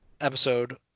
episode